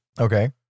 Okay